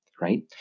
right